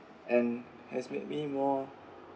and has made me more